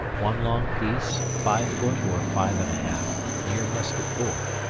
one long peece, five foot or five and a halfe, neere musket bore.